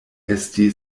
esti